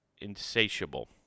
insatiable